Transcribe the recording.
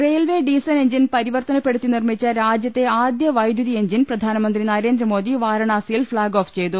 railway diesel engine പരിവർത്തനപ്പെടുത്തി നിർമ്മിച്ച രാജ്യത്തെ ആദ്യ വൈദ്യുതി എഞ്ചിൻ പ്രധാനമന്ത്രി നരേന്ദ്രമോദി വാരണാസിയിൽ ഫ്ളാഗ് ഓഫ് ചെയ്തു